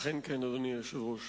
אכן כן, אדוני היושב-ראש.